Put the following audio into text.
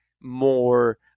More